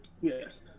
Yes